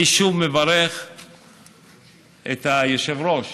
אני שוב מברך את היושב-ראש